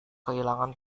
kehilangan